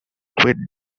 were